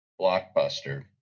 Blockbuster